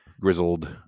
grizzled